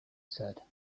said